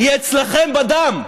היא אצלכם בדם.